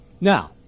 Now